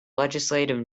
legislative